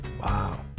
Wow